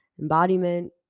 embodiment